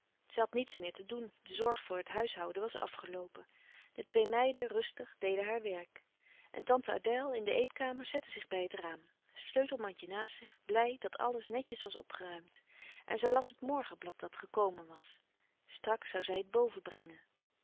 had niets meer te doen de zorg voor het huishouden was afgeloopen de twee meiden rustig deden haar werk en tante adèle in de eetkamer zette zich bij het raam sleutelmandje naast zich blij dat alles netjes was opgeruimd en zij las het morgenblad dat gekomen was straks zoû zij het boven brengen